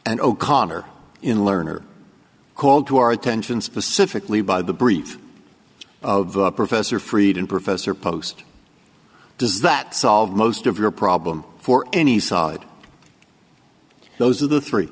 and o'connor in learn are called to our attention specifically by the brief of professor fried and professor post does that solve most of your problem for any side those of the three